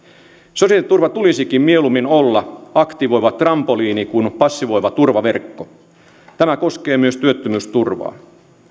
sosiaaliturvan tulisikin mieluummin olla aktivoiva trampoliini kuin passivoiva turvaverkko tämä koskee myös työttömyysturvaa